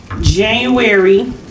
January